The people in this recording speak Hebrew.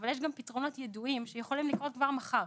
אבל יש גם פתרונות ידועים שיכולים לקרות כבר מחר.